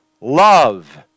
love